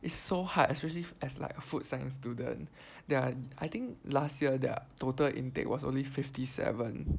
it's so hard especially as like a food science student then I think last year their are total intake was only fifty seven